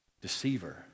Deceiver